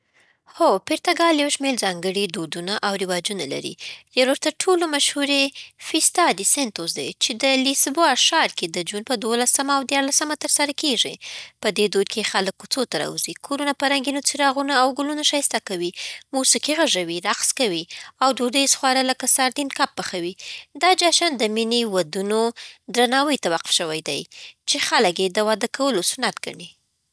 هو، پرتګال یو شمېر ځانګړي دودونه او رواجونه لري. یو له تر ټولو مشهورو یې فېسټا دی سنټوس دی، چې د لیسبوا ښار کې د جون په دوولسمه او ديارلسمه ترسره کېږي. په دې دود کې خلک کوڅو ته راوځي، کورونه په رنګینو څراغونو او ګلونو ښایسته کوي، موسیقي غږوي، رقص کوي، او دودیز خواړه لکه سارډین کب پخوي. دا جشن د مینې، ودونو، درناوي ته وقف شوی دی، چې خلک یې د واده کولو سنت ګڼي.